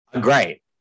great